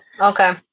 Okay